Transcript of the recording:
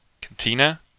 Cantina